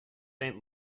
saint